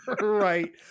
Right